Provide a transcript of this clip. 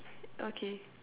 okay